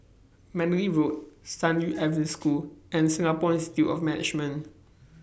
Mandalay Road San Yu Adventist School and Singapore Institute of Management